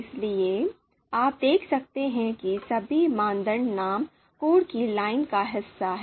इसलिए आप देख सकते हैं कि सभी मानदंड नाम कोड की लाइन का हिस्सा हैं